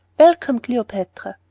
welcome, cleopatra!